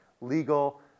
legal